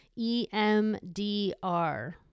EMDR